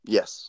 Yes